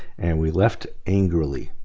and we left angrily.